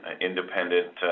independent